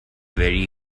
very